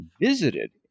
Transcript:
visited